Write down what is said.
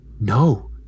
No